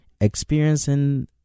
experiencing